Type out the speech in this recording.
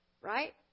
Right